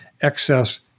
excess